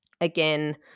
again